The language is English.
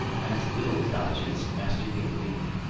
and its little dodges mastered completely,